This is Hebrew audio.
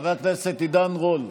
חבר הכנסת עידן רול,